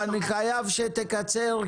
אני חייב שתקצר,